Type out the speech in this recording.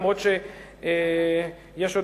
אף-על-פי שיש,